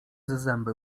zęby